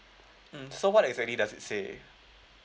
mm so what exactly does it say